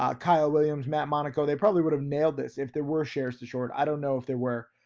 ah kyle williams, matt monaco, they probably would have nailed this. if there were shares to short, i don't know if there were,